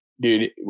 Dude